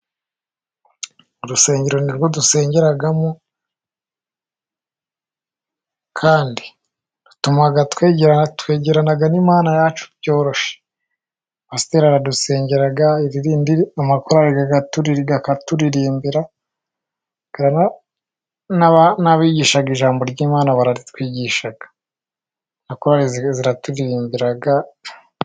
Urusengero ni rwo dusengeramo, kandi rutuma twegerana n'Imana yacu byoroshye. Pasiteri aradusengera, amakorari araturirimbira, n'abigishaga ijambo ry'imana baratwigisha. Na korari ziraturirimbira.